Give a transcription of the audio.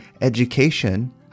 education